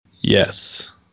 Yes